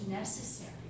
Necessary